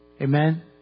Amen